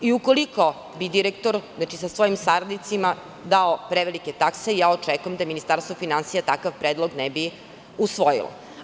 Ukoliko bi direktor sa svojim saradnicima dao prevelike takse, očekujem da Ministarstvo finansija takav predlog ne bi usvojilo.